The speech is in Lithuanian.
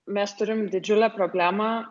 mes turim didžiulę problemą